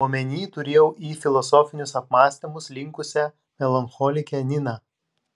omeny turėjau į filosofinius apmąstymus linkusią melancholikę niną